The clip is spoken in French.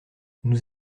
nous